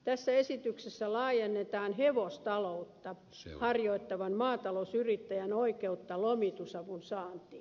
tässä esityksessä laajennetaan hevostaloutta harjoittavan maatalousyrittäjän oikeutta lomitusavun saantiin